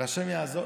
והשם יעזור.